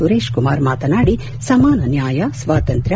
ಸುರೇಶ್ ಕುಮಾರ್ ಮಾತನಾಡಿ ಸಮಾನ ನ್ಯಾಯ ಸ್ವಾತಂತ್ರ್ಯ